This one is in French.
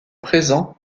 présent